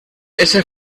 ese